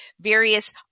various